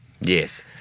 Yes